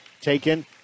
taken